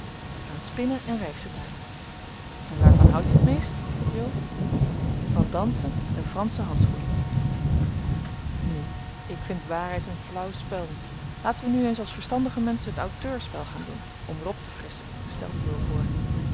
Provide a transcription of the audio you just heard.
aan spinnen en rijstetaart en waarvan houdt je het meest vroeg jo van dansen en fransche handschoenen nu ik vind waarheid een flauw spel laten we nu eens als verstandige menschen het auteurspel gaan doen om weer op te frisschen stelde jo voor